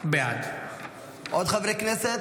בעד עוד חברי כנסת?